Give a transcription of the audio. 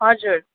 हजुर